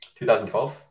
2012